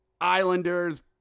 Islanders